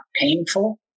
painful